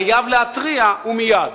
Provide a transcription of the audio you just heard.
חייב להתריע ומייד.